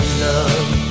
love